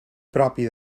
propi